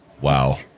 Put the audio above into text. Wow